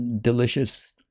delicious